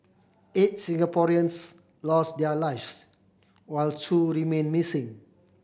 eight Singaporeans lost their lives while two remain missing